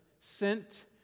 sent